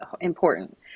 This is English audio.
important